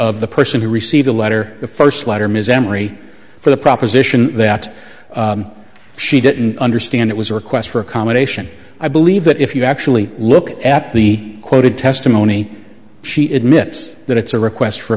of the person who received a letter the first letter ms emory for the proposition that she didn't understand it was a request for accommodation i believe that if you actually look at the quoted testimony she admits that it's a request for